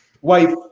wife